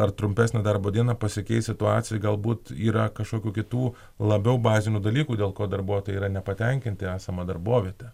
ar trumpesnę darbo dieną pasikeis situacija galbūt yra kažkokių kitų labiau bazinių dalykų dėl ko darbuotojai yra nepatenkinti esama darboviete